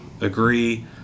agree